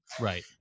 Right